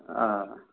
آ